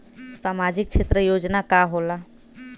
सामाजिक क्षेत्र योजना का होला?